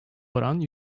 oran